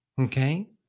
okay